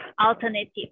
alternative